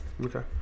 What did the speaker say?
Okay